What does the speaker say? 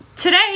Today